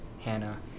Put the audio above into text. hannah